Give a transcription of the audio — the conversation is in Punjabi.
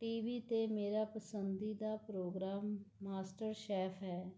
ਟੀ ਵੀ 'ਤੇ ਮੇਰਾ ਪਸੰਦੀਦਾ ਪ੍ਰੋਗਰਾਮ ਮਾਸਟਰ ਸ਼ੈੱਫ ਹੈ